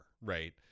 right